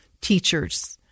teachers